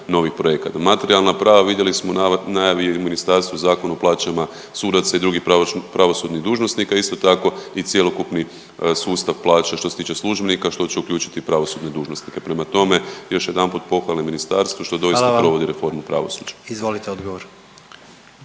Hvala vam. Izvolite odgovor.